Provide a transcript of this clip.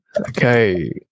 Okay